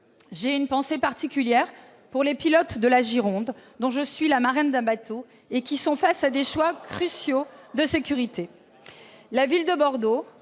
J'ai une pensée particulière pour les pilotes de la Gironde, dont je suis la marraine d'un bateau et qui sont face à des choix cruciaux de sécurité. La ville de Bordeaux,